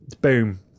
boom